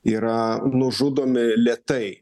yra nužudomi lėtai